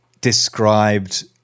described